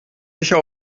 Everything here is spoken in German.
sicher